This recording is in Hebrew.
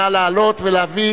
נא להעלות ולהביא